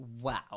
Wow